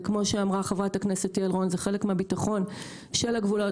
זה כמו שאמרה חברת הכנסת יעל רון זה חלק מהביטחון של הגבולות,